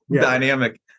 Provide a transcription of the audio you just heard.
dynamic